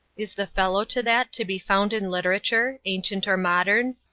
is the fellow to that to be found in literature, ancient or modern,